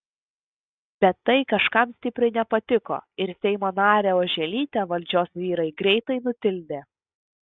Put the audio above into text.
bet tai kažkam stipriai nepatiko ir seimo narę oželytę valdžios vyrai greitai nutildė